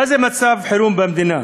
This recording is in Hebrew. מה זה מצב חירום במדינה